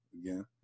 again